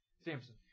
Samson